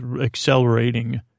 accelerating